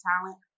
talent